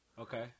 Okay